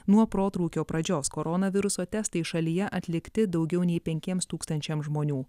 nuo protrūkio pradžios koronaviruso testai šalyje atlikti daugiau nei penkiems tūkstančiams žmonių